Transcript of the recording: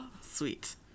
Sweet